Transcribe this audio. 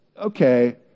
okay